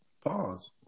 Pause